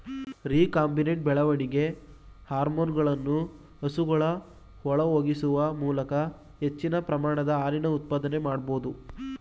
recombinant ಬೆಳವಣಿಗೆ ಹಾರ್ಮೋನುಗಳನ್ನು ಹಸುಗಳ ಒಳಹೊಗಿಸುವ ಮೂಲಕ ಹೆಚ್ಚಿನ ಪ್ರಮಾಣದ ಹಾಲಿನ ಉತ್ಪಾದನೆ ಮಾಡ್ಬೋದು